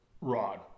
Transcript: Rod